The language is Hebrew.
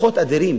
כוחות אדירים,